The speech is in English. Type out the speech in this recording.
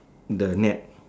the net